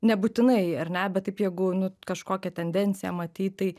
nebūtinai ar ne bet taip jeigu nu kažkokią tendenciją matyt tai